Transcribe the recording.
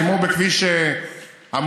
וכמו בכביש המוביל-גולני-עמיעד,